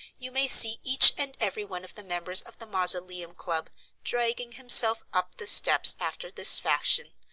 you may see each and every one of the members of the mausoleum club dragging himself up the steps after this fashion,